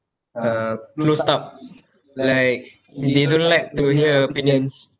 uh closed up like they don't like to hear opinions